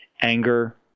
anger